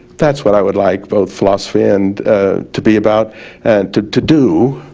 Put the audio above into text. that's what i would like both philosophy and to be about and to to do